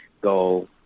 go